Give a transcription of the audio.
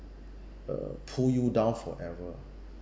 uh pull you down forever